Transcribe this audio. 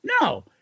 No